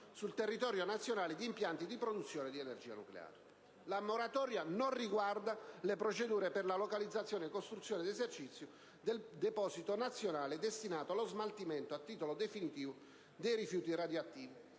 sul territorio nazionale di impianti di produzione di energia nucleare. La moratoria non riguarda le procedure per la localizzazione, la costruzione e l'esercizio del deposito nazionale destinato allo smaltimento a titolo definitivo dei rifiuti radioattivi,